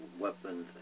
Weapons